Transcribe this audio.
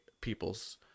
people's